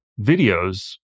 videos